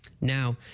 Now